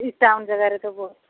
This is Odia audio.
ଟାଉନ୍ ଯାଗାରେ ଦେବ